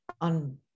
on